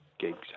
Gigs